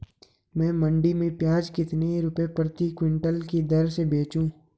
मैं मंडी में प्याज कितने रुपये प्रति क्विंटल की दर से बेचूं?